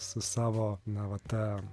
su savo na va ta